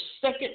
second